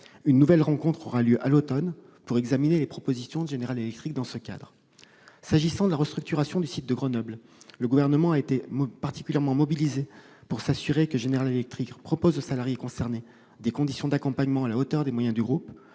Une nouvelle rencontre aura lieu à l'automne, pour examiner les propositions de General Electric dans ce cadre. S'agissant de la restructuration du site de Grenoble, le Gouvernement s'est particulièrement mobilisé pour s'assurer que General Electric propose aux salariés concernés des conditions d'accompagnement à la hauteur des moyens du groupe.